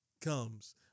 comes